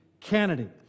Kennedy